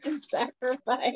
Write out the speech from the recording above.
Sacrifice